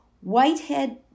Whitehead